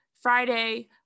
Friday